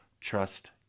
trust